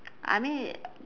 I mean